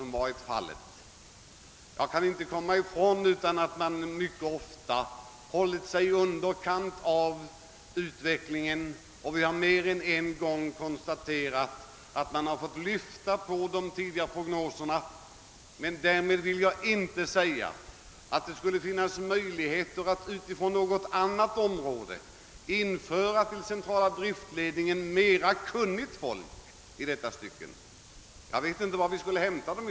Mycket ofta har centrala driftledningen hållit sig i underkant av utvecklingen, och vi har mer än en gång konstaterat, att man måst lyfta de tidigare prognoserna. Därmed vill jag inte säga att det skulle vara möjligt att från något annat område tillföra centrala driftledningen mer kunniga personer. Jag vet inte var vi skulle hämta dem.